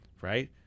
right